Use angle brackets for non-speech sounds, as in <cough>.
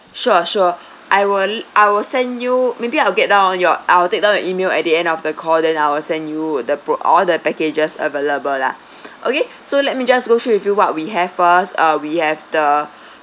sure sure I will I will send you maybe I'll get down on your I'll take down your email at the end of the call then I will send you the p~ all the packages available lah <breath> okay so let me just go through with you what we have first uh we have the <breath>